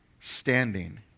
standing